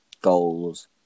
goals